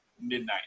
midnight